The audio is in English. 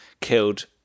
killed